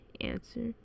answer